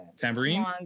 tambourine